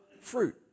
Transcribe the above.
fruit